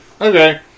okay